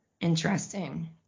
Interesting